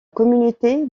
communauté